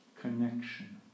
connection